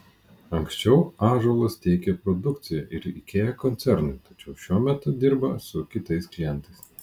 anksčiau ąžuolas tiekė produkciją ir ikea koncernui tačiau šiuo metu dirba su kitais klientais